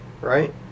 right